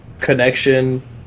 connection